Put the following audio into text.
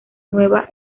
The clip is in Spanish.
nueva